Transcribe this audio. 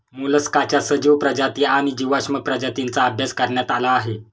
मोलस्काच्या सजीव प्रजाती आणि जीवाश्म प्रजातींचा अभ्यास करण्यात आला आहे